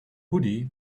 hoodie